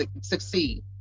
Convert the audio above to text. succeed